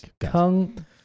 Kung